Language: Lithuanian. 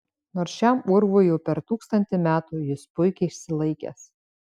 nors šiam urvui jau per tūkstantį metų jis puikiai išsilaikęs